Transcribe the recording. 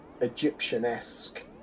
Egyptian-esque